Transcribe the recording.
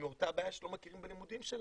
מאותה הבעיה שלא מכירים בלימודים שלהן.